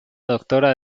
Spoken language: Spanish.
doctora